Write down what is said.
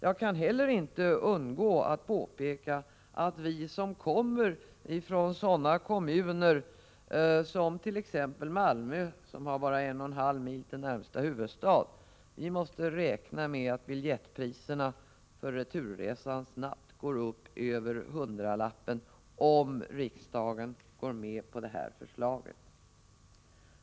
Jag kan heller inte underlåta att påpeka att vi som kommer från sådana kommuner som t.ex. Malmö, som har bara 1,5 mil till närmaste huvudstad, måste räkna med att biljettpriset för returresan snabbt går upp över hundralappen, om riksdagen går med på det här förslaget.